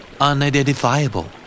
Unidentifiable